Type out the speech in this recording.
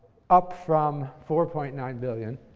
up from four point nine billion